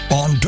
on